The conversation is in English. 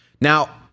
Now